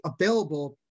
available